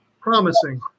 promising